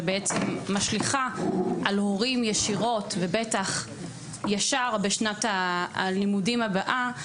שבעצם משליכה על הורים ישירות ובטח ישר בשנת הלימודים הבאה,